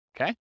Okay